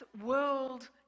World